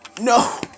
No